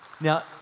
Now